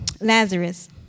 Lazarus